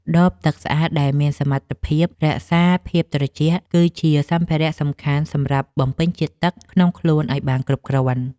ដបទឹកស្អាតដែលមានសមត្ថភាពរក្សាភាពត្រជាក់ គឺជាសម្ភារៈសំខាន់សម្រាប់បំពេញជាតិទឹកក្នុងខ្លួនឱ្យបានគ្រប់គ្រាន់។